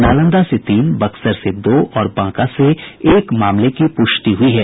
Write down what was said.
नालंदा से तीन बक्सर से दो और बांका से एक मामले की पुष्टि हुई है